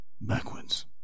backwards